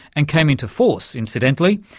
and came into force, incidentally,